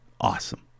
Awesome